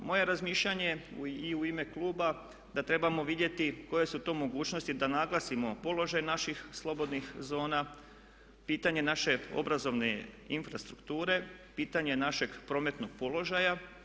Moje je razmišljanje i u ime kluba da trebamo vidjeti koje su to mogućnosti da naglasimo položaj naših slobodnih zona, pitanje naše obrazovne infrastrukture, pitanje našeg prometnog položaja.